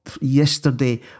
yesterday